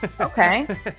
okay